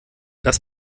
das